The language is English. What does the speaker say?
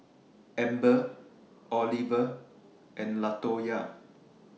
Amber Oliver and Latoya